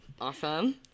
Awesome